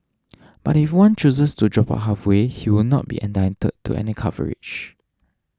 but if one chooses to drop out halfway he will not be entitled to any coverage